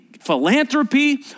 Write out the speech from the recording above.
philanthropy